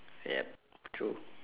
yup true